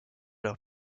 leur